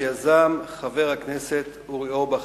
שיזם חבר הכנסת אורי אורבך,